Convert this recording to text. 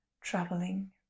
traveling